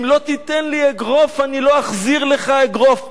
אם לא תיתן לי אגרוף אני לא אחזיר לך אגרוף,